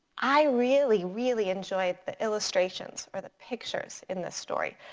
i really really enjoy the illustrations or the pictures in this story.